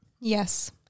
Yes